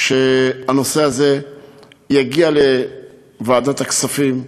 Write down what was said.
שהנושא הזה יגיע לוועדת הכספים.